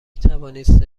توانید